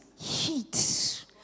heat